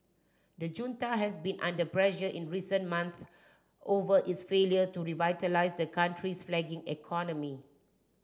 the junta has been under pressure in recent months over its failure to revitalise the country's flagging economy